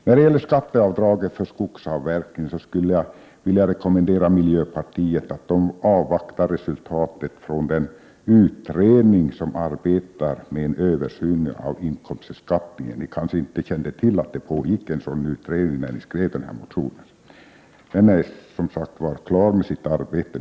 När det gäller skatteavdraget för skogsavverkning skulle jag vilja rekom mendera miljöpartiet att avvakta resultatet av den utredning som arbetar Prot. 1988/89:124 med en översyn av inkomstbeskattningen. Ni kanske inte kände till att det 30 maj 1989 pågick en sådan utredning, när ni skrev den här motionen. Men den utredningen är nu i det närmaste klar med sitt arbete.